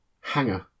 hangar